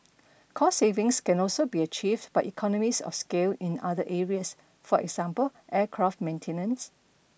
cost savings can also be achieved by economies of scale in other areas for example aircraft maintenance